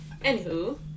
anywho